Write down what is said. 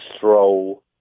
throw